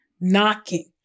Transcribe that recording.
knocking